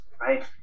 right